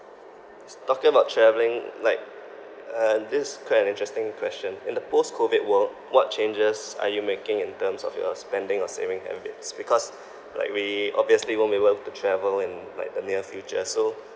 is talking about travelling like uh this is quite an interesting question in the post COVID world what changes are you making in terms of your spending or saving habits because like we obviously won't be able to travel in like the near future so